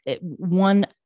one